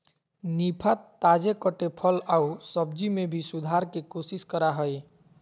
निफा, ताजे कटे फल आऊ सब्जी में भी सुधार के कोशिश करा हइ